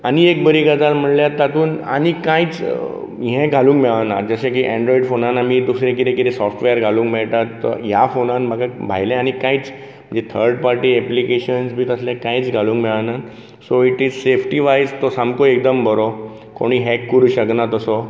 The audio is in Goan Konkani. आनी एक बरी गजाल म्हळ्यार तातूंन कांयच हे घालूंक मेळना जशे की एंडरॉयड फोनान आमी दुसरे कितें कितें सॉफ्टवेर घालूंक मेळटात ह्या फोनान म्हाका भायले आनी कांयच म्हणजे थर्ड पार्टी एप्लिकेशन्स बीन तशे कांयच घालूंक मेळना so it is safety wise तो सामको एकदम बरो कोणी हेक करू शकना तसो